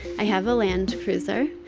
i have a land cruiser.